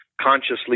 consciously